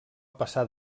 passar